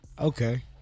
Okay